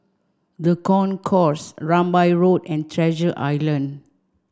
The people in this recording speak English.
the Concourse Rambai Road and Treasure Island